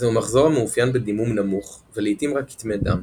זהו מחזור המאופיין בדימום נמוך ולעיתים רק כתמי דם.